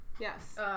Yes